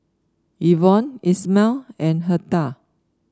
Evon Ismael and Hertha